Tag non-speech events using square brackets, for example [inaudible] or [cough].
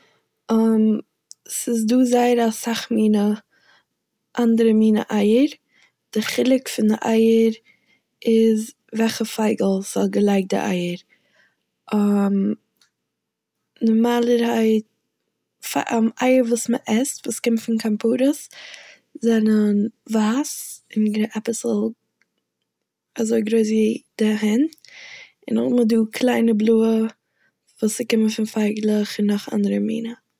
ס'איז דא זייער אסאך מינע- אנדערע מינע אייער, די חילוק פון די אייער איז וועלכע פייגל ס'האט געלייגט די אייער, [hesitation] נארמאלערהייט פא- אייער וואס מ'עסט וואס קומט פון כפרות זענען ווייס און אביסל אזוי גרויס ווי די הענט און נאכדעם איז דא קליינע בלויע וואס קומען פון פייגלעך און נאך אנדערע מינע.